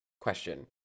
question